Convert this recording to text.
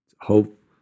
hope